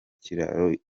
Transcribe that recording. kiraro